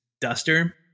duster